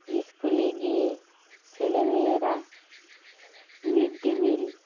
স্কুলে গিয়ে ছেলেমেয়েরা মিড ডে মিল